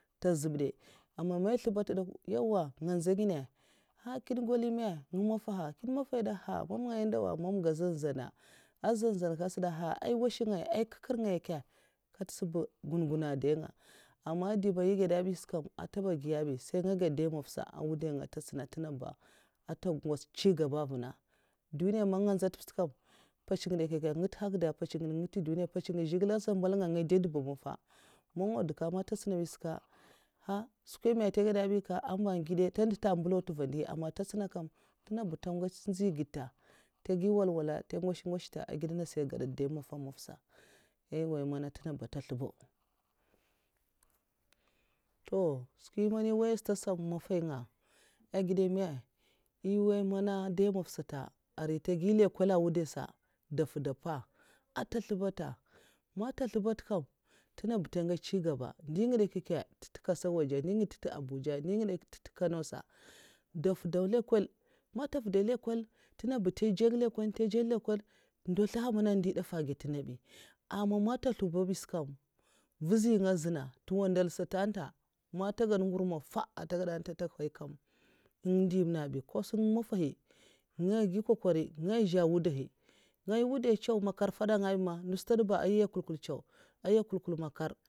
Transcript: Tè zhè bidè mona mpètsuna nga gèd dèi mafa mai zlèmbad'ta dè kwa kyè kinè nza ginnè ndè kinè goli mè? Nga mafahakinè mafai dè? Èh zan zan kèt sa dè hala mamn ngaya ndawa? Mamga zan zana, mamngaya zan zan katasa ai krè ngaya katsa gun'gun èhn dai nga amma an dè man èh gaidè mbis kam sai nga gèd dèi mafa awudainga ntè tsèna at tènga ba ntè zlombaw domin tè chi gaba vèna duniya mana nga nza tupsata mpèts ngidè kaka ngu tuidèh mpèts ngidè ngu tuduniya mpèts zhigilè asa mbèl nga dè dèba mafa mon nga dèw mpèts nasa ha skwèi man tègyè bi ka amba gi dè ndi ngidè ta mbalau tè va ni kaba ama tètsèna kam tè nènga ntè ngèch nzi gèd tè a gidè nasa èh gèd tasa dèi mafa ai mana tènga tè slubow''''''' toh skwi mèna n woy nga mafahi nga a gidè èh woy mana aranta sata arai tè gi lènquènè' a wudai sa da futa npa ata slobow ta manat kam anga chi gaba ndi ngidè kasar wajè ndinngidè ta abuja ndi ngidè kya kya tata kano tnègè nga tè dzjèng lènquènè' vuzi nag azun'zaina wanadal sat kata tantè ma tè gidè ngur mafa n tè gada ntè ain'ta ata haika vha n'du ngidè mba tèm ba ta ndi daf èhn gid nga bi ka sun mafahi nga ki kakori nga zhè wudahi nɗu stad ba nyi kwulkwul'cèw èhn ngidè kwulkwul makar'